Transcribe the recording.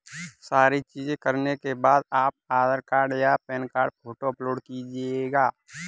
सारी चीजें करने के बाद आप आधार कार्ड या पैन कार्ड फोटो अपलोड कीजिएगा